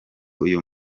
uyo